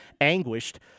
Anguished